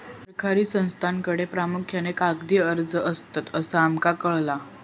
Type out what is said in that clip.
सरकारी संस्थांकडे प्रामुख्यान कागदी अर्ज असतत, असा आमका कळाला